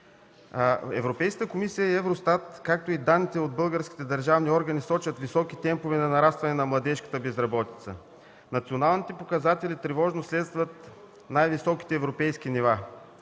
Европейската комисия, Евростат, както и данните от българските държавни органи, сочат високи темпове на нарастване на младежката безработица. Националните показатели тревожно следват най-високите европейски нива.